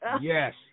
Yes